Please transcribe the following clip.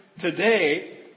today